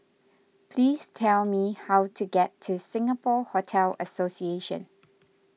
please tell me how to get to Singapore Hotel Association